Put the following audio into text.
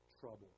trouble